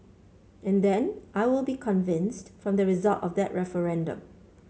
and then I will be convinced from the result of that referendum